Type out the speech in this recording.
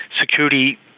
security